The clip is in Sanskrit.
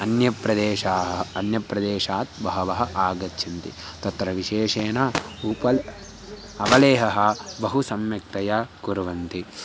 अन्यप्रदेशाः अन्यप्रदेशात् बहवः आगच्छन्ति तत्र विशेषेण ऊपल् अवलेहः बहु सम्यक्तया कुर्वन्ति